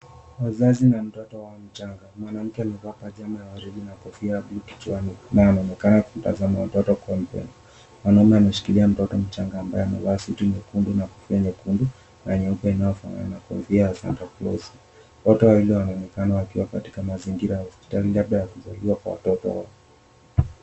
Wazazi na mtoto wao mchanga. Mwanamke amevalia pajama ya [csorange na kofia kichani. Naye anaonekana akitazama mtoto. Mwanaume ameshikilia mtoto mchanga ambaye amevaa suti nyekundu na kofia nyekundu na nyeupe inayofanana na kofia ya Santa Klosi. Wote wawili wanaonekana wakiwa katika mazingira ya hospitali labda ya kuzaliwa kwa watoto.